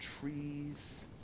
trees